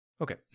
Okay